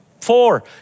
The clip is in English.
four